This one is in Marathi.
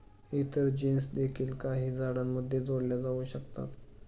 इतर जीन्स देखील काही झाडांमध्ये जोडल्या जाऊ शकतात